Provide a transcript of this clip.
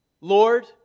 Lord